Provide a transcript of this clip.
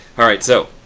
all right, so,